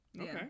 Okay